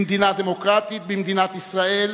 במדינה דמוקרטית, במדינת ישראל,